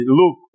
look